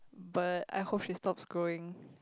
but I hope she stops growing